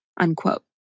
unquote